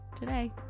today